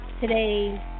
today